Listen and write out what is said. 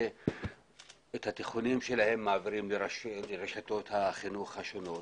את התיכונים שלהן מעבירים לרשתות החינוך השונות,